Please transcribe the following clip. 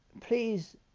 please